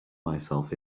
myself